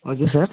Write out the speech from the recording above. okay sir